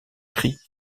cris